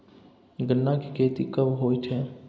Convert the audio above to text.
गन्ना की खेती कब होय छै?